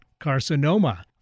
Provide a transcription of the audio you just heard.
carcinoma